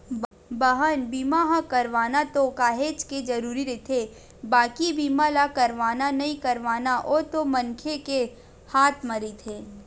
बाहन बीमा ह करवाना तो काहेच के जरुरी रहिथे बाकी बीमा ल करवाना नइ करवाना ओ तो मनखे के हात म रहिथे